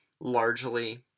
Largely